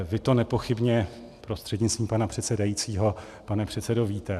Vy to nepochybně, prostřednictvím pana předsedajícího pane předsedo, víte.